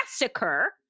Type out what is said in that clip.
Massacre